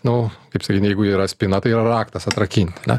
nu kaip sakykit jeigu yra spyna tai yra raktas atrakinti na